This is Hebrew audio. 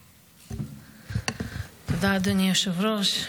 תודה, אדוני היושב-ראש.